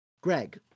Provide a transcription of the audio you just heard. Greg